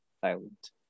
silent